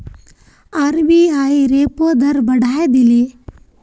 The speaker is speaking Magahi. आर.बी.आई रेपो दर बढ़ाए दिले